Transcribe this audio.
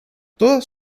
todas